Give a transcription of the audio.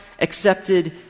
accepted